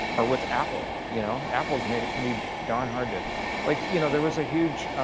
or with apple. you know, apple's made it pretty darn hard to like, you know, there was a huge